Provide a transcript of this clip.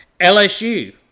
LSU